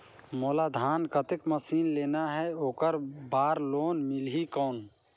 मोला धान कतेक मशीन लेना हे ओकर बार लोन मिलही कौन?